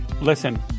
Listen